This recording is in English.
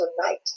tonight